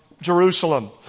Jerusalem